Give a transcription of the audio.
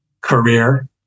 career